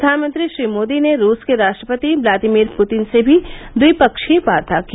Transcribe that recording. प्रधानमंत्री श्री मोदी ने रूस के राष्ट्रपति ब्लादिमीर पुतिन से भी द्विपक्षीय वार्ता की